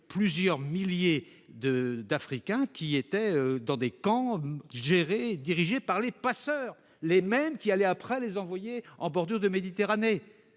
plusieurs milliers d'Africains qui étaient dans des camps gérés et dirigés par les passeurs, les mêmes qui allaient ensuite les envoyer en bordure de Méditerranée.